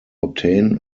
obtain